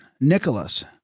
Nicholas